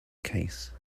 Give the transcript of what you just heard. case